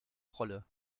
rolle